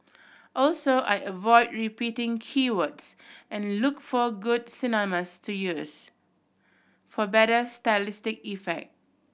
also I avoid repeating key words and look for good synonyms to use for better stylistic effect